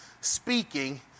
speaking